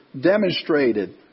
demonstrated